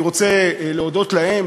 אני רוצה להודות להם,